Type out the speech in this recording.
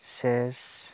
chess